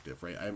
right